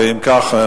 אם כך,